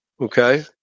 Okay